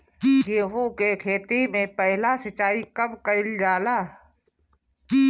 गेहू के खेती मे पहला सिंचाई कब कईल जाला?